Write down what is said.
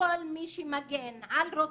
שכל מי שמגן על רוצח,